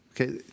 Okay